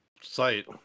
site